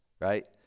right